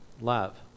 Love